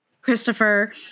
Christopher